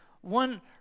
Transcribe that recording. one